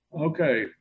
Okay